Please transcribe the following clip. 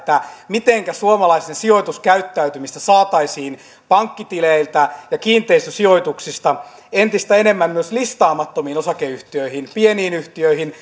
mitenkä suomalaisten sijoituskäyttäytymistä saataisiin pankkitileiltä ja kiinteistösijoituksista entistä enemmän myös listaamattomiin osakeyhtiöihin pieniin yhtiöihin